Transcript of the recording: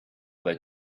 that